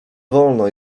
wolno